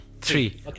three